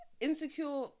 Insecure